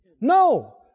No